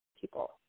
people